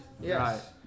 Yes